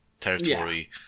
territory